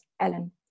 Ellen